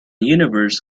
universe